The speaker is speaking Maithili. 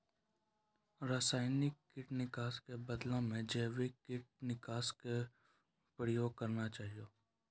रासायनिक कीट नाशक कॅ बदला मॅ जैविक कीटनाशक कॅ प्रयोग करना चाहियो